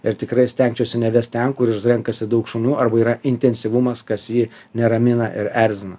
ir tikrai stengčiausi nevest ten kur renkasi daug šunų arba yra intensyvumas kas jį neramina ir erzina